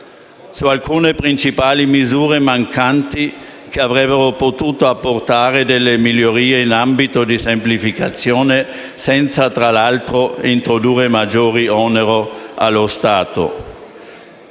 su alcune principali misure che avrebbero potuto apportare delle migliorie in ambito di semplificazione senza, tra l’altro, introdurre maggiori oneri per lo Stato.